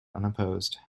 unopposed